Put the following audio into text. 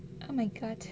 oh my god